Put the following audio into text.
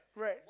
right